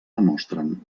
demostren